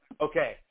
Okay